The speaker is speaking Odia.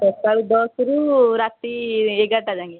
ସକାଳୁ ଦଶରୁ ରାତି ଏଗାରଟା ଯାଏଁ